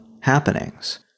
happenings